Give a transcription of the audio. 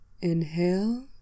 Inhale